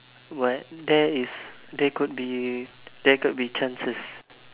what there is there could be there could be chances